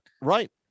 right